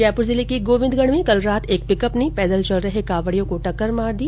जयपुर जिले के गोविन्दगढ़ में कल रात एक पिकअप ने पैदल चल रहे कावड़ियों को टक्कर मार दी